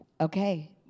okay